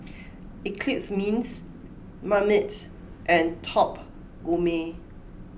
Eclipse Mints Marmite and Top Gourmet